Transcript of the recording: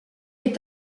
est